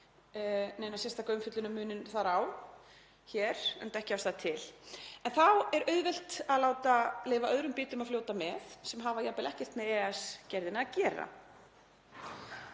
neina sérstaka umfjöllun um muninn þar á hér, enda ekki ástæða til. En þá er auðvelt að leyfa öðrum bitum að fljóta með sem hafa jafnvel ekkert með EES-gerðina að gera.